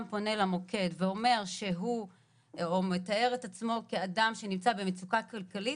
פונה למוקד ומתאר את עצמו כאדם שנמצא במצוקה כלכלית,